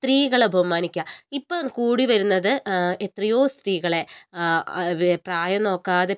സ്ത്രീകളെ ബഹുമാനിക്കുക ഇപ്പോൾ കൂടി വരുന്നത് എത്രയോ സ്ത്രീകളെ അവരെ പ്രായം നോക്കാതെ